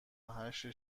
هشت